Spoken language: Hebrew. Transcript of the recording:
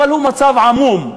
אבל הוא מצב עמום.